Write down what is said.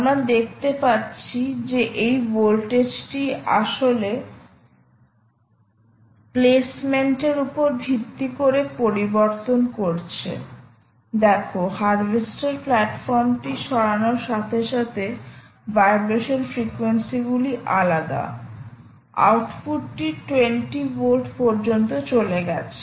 আমরা দেখতে পাচ্ছ যে এই ভোল্টেজটি আসলে প্লেসমেন্টের উপর ভিত্তি করে পরিবর্তন করছে দেখ হারভেস্টার প্ল্যাটফর্মটি সরানোর সাথে সাথে ভাইব্রেশন ফ্রিকোয়েন্সিগুলি আলাদা আউটপুটটি 20 ভোল্ট পর্যন্ত চলে গেছে